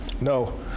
No